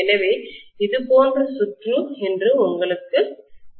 எனவே இது போன்ற சுற்று என்று உங்களுக்குத் தெரியும்